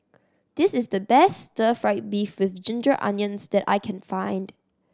this is the best stir fried beef with ginger onions that I can find